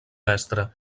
mestre